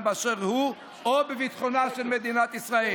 באשר הוא או בביטחונה של מדינת ישראל,